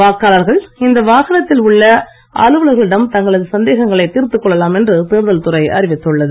வாக்காளர்கள் இந்த வாகனத்தில் உள்ள அலுவலர்களிடம் தங்களது சந்தேகங்களை தீர்த்துக் கொள்ளலாம் என்று தேர்தல் துறை அறிவித்துள்ளது